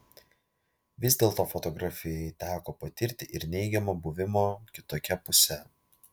vis dėlto fotografei teko patirti ir neigiamą buvimo kitokia pusę